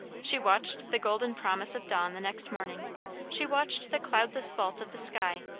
she watched the golden promise of dawn the next morning she watched the cloudless vault of the sky,